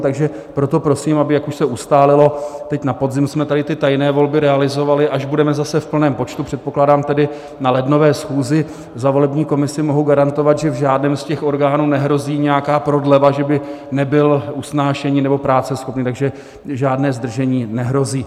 Takže proto prosím, aby, jak už se ustálilo, teď na podzim jsme tady ty tajné volby realizovali, až budeme zase v plném počtu, předpokládám tedy na lednové schůzi, za volební komisi mohu garantovat, že v žádném z těch orgánů nehrozí nějaká prodleva, že by nebyl usnášení nebo práceschopný, takže žádné zdržení nehrozí.